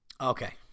Okay